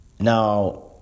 Now